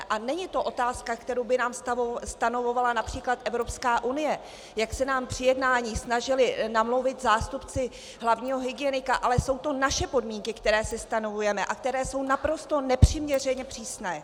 A není to otázka, kterou by nám stanovovala například Evropská unie, jak se nám při jednání snažili namluvit zástupci hlavního hygienika, ale jsou to naše podmínky, které si stanovujeme a které jsou naprosto nepřiměřeně přísné.